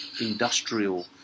industrial